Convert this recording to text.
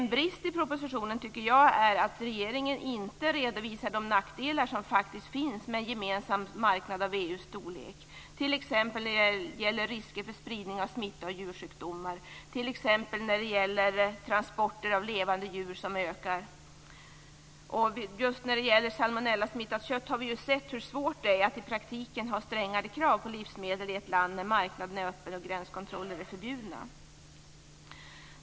En brist i propositionen tycker jag är att regeringen inte redovisar de nackdelar som faktiskt finns med en gemensam marknad av EU:s storlek, t.ex. när det gäller risker för spridning av smitta och djursjukdomar, bl.a. när det gäller de ökande transporterna av levande djur. Just när det gäller salmonellasmittat kött har vi ju sett hur svårt det är att i praktiken ha strängare krav på livsmedel i ett land när marknaden är öppen och gränskontroller är förbjudna.